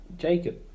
Jacob